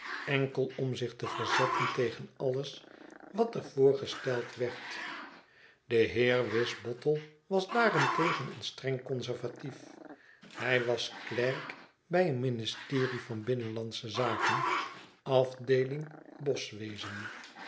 enkel om zich te verzetten tegen alles wat er voorgesteld werd de heer wisbottle was daarentegen een streng conservatief hij was klerk bij een ministerie van binnenlandsche zaken afdeeling